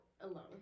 alone